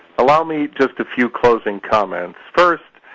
allow me just a few closing comments. first,